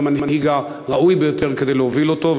את המנהיג הראוי ביותר להוביל אותו.